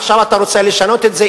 עכשיו אתה רוצה לשנות את זה?